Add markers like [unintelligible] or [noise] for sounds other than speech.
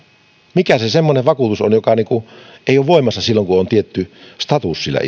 mikä se semmoinen vakuutus on joka ei ole voimassa silloin kun on tietty status sillä [unintelligible]